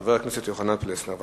חבר הכנסת יוחנן פלסנר, קריאה ראשונה.